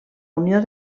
unió